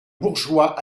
bourgeois